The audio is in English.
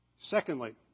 Secondly